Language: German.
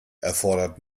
erfordert